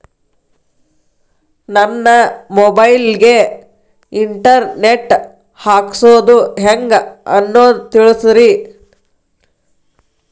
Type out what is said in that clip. ನನ್ನ ಮೊಬೈಲ್ ಗೆ internet ಹಾಕ್ಸೋದು ಹೆಂಗ್ ಅನ್ನೋದು ತಿಳಸ್ರಿ